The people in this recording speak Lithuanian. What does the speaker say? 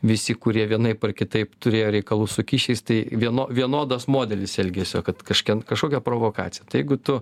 visi kurie vienaip ar kitaip turėjo reikalų su kyšiais tai vieno vienodas modelis elgesio kad kažken kašokia provokacija tai jeigu tu